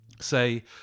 say